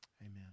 amen